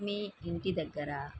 మీ ఇంటి దగ్గర